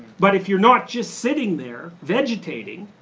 but if you're not just sitting there, vegetating,